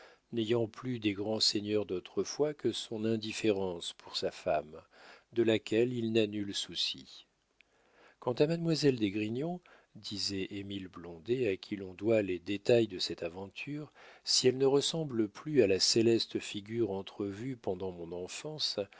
n'ayant plus des grands seigneurs d'autrefois que son indifférence pour sa femme de laquelle il n'a nul souci quant à mademoiselle d'esgrignon disait émile blondet à qui l'on doit les détails de cette aventure si elle ne ressemble plus à la céleste figure entrevue pendant mon enfance